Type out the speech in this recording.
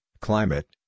climate